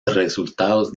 resultados